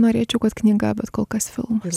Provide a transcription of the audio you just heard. norėčiau kad knyga bet kol kas filmas